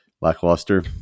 lackluster